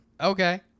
okay